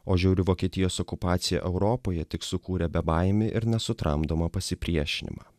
o žiauri vokietijos okupacija europoje tik sukūrė bebaimį ir nesutramdomą pasipriešinimą